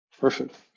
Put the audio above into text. Perfect